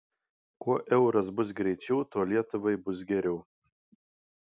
kuo euras bus greičiau tuo lietuvai bus geriau